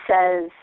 says